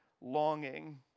Longing